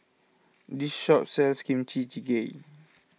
this shop sells Kimchi Jjigae